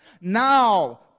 Now